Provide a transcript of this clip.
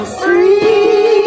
free